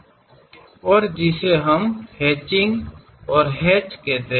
और जिसे हम हैचिंग और हैच कहते हैं